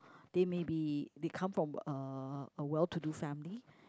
they may be they come from uh a well to do family